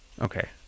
okay